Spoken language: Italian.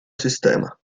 sistema